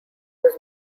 was